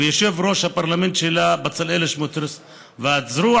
יושב-ראש הפרלמנט שלה בצלאל סמוטריץ והזרוע